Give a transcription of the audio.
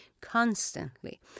constantly